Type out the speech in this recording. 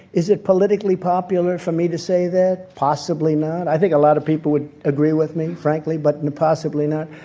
is it politically popular for me to say that? possibly not. i think a lot of people would agree with me, frankly, but and possibly not.